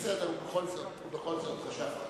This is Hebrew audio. ובכל זאת חשבתי.